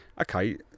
okay